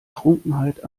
trunkenheit